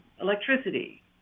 electricity